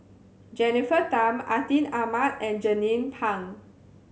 Jennifer Tham Atin Amat and Jernnine Pang